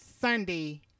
Sunday